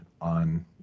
on